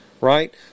right